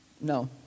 no